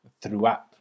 throughout